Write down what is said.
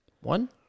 One